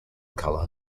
color